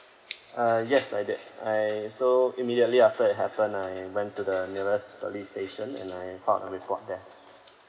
uh yes I did I so immediately after it happened I went to the nearest police station and I filed a report there